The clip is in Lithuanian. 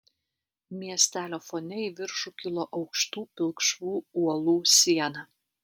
miestelio fone į viršų kilo aukštų pilkšvų uolų siena